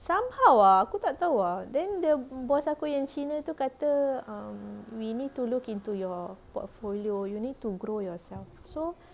somehow ah aku tak tahu ah then the boss yang cina tu kata um we need to look into your portfolio you need to grow yourself so